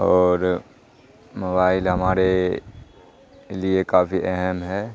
اور موبائل ہمارے لیے کافی اہم ہے